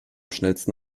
schnellsten